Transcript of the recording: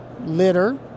litter